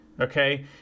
okay